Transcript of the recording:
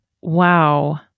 Wow